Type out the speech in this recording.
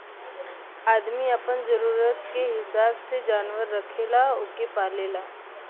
आदमी आपन जरूरत के हिसाब से जानवर रखेला ओके पालेला